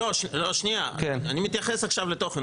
שנייה, אני מתייחס עכשיו לתוכן.